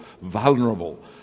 vulnerable